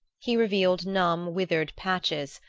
he revealed numb withered patches,